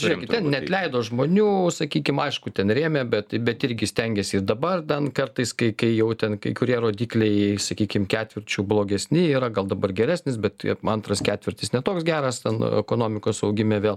žėkit ten neatleido žmonių sakykim aišku ten rėmė bet bet irgi stengėsi ir dabar dar kartais kai kai jau ten kai kurie rodikliai sakykim ketvirčiu blogesni yra gal dabar geresnis bet antras ketvirtis ne toks geras nu ekonomikos augime vėl